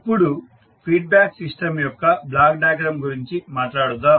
ఇప్పుడు feedback system యొక్క block diagram గురించి మాట్లాడుదాం